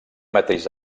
mateix